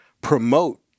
promote